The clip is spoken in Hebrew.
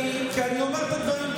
כי אני אומר את הדברים,